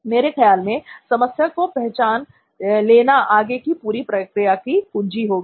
मेरे ख्याल में समस्या को पहचान लेना आगे की पूरी प्रक्रिया की कुंजी होगी